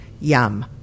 Yum